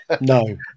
No